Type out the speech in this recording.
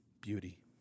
beauty